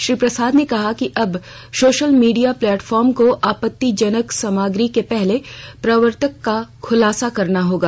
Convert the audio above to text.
श्री प्रसाद ने कहा कि अब सोशल मीडिया प्लेटफार्मो को आपत्तिजनक सामग्री के पहले प्रवर्तक का खुलासा करना होगा